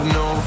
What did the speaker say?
no